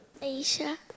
Aisha